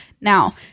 Now